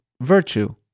virtue